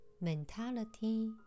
mentality